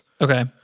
Okay